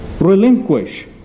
Relinquish